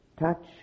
touch